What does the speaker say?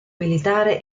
militare